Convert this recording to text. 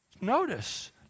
Notice